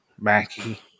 mackie